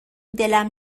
دلم